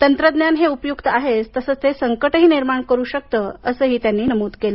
तंत्रज्ञान हे उपयुक्त आहेच तसचं ते संकटही निर्माण करू शकते असंही त्यांनी नमूद केलं